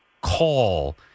call